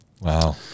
Wow